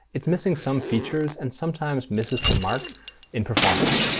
it's missing some features and sometimes misses the mark in performance.